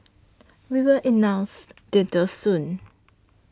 we will announce details soon